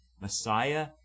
Messiah